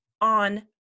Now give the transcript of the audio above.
on